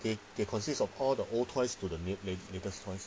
they they consist of all the old toys to the la~ latest toys